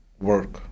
work